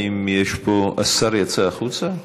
השר יצא החוצה?